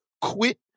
quit